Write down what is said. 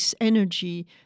energy